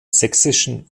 sächsischen